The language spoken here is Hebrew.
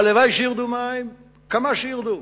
הלוואי שירדו מים כמה שירדו.